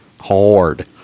hard